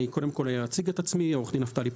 אני עורך דין,